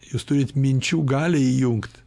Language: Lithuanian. jūs turit minčių galią įjungt